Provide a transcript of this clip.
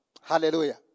Hallelujah